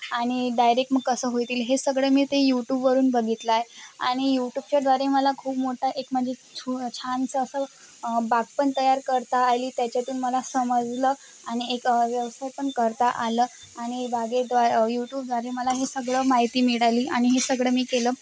आणि डायरेक मग कसं होतील हे सगळं मी ते यूटूबवरून बघितला आहे आणि यूटूबच्या द्वारे मला खूप मोठं एक म्हणजे छो छानसं असं बाग पण तयार करता आली त्याच्यातून मला समजलं आणि एक व्यवसाय पण करता आलं आणि बागेद्वा यूटूबद्वारे मला हे सगळं माहिती मिळाली आणि हे सगळं मी केलं